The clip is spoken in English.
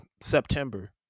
september